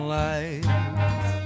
life